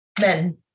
men